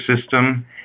system